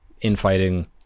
infighting